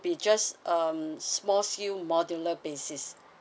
be just um small scale modular basis